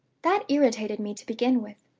that irritated me, to begin with.